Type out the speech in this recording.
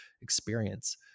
experience